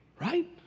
right